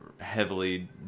heavily